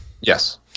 Yes